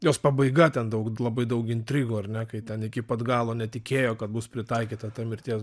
jos pabaiga ten daug labai daug intrigų ar ne kai ten iki pat galo netikėjo kad bus pritaikyta ta mirties